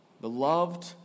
Beloved